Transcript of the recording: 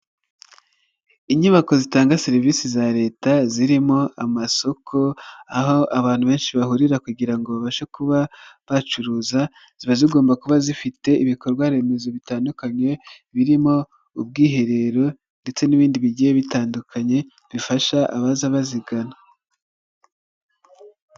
Inyubako zitanga serivisi za Leta zirimo amasoko aho abantu benshi bahurira kugira babashe kuba bacuruza ziba zigomba kuba zifite ibikorwaremezo bitandukanye birimo ubwiherero ndetse n'ibindi bigiye bitandukanye bifasha abaza bazigana.